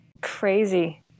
Crazy